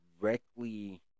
directly